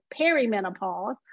perimenopause